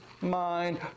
mind